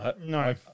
No